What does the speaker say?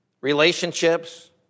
relationships